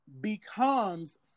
becomes